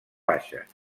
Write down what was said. baixes